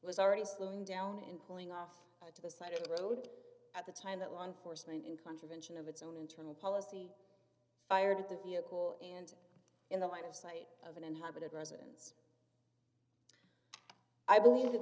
was already slowing down and pulling off to the side of the road at the time that law enforcement in contravention of its own internal policy fired the vehicle and in the line of sight of an inhabited residence i believe that